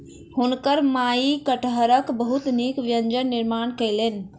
हुनकर माई कटहरक बहुत नीक व्यंजन निर्माण कयलैन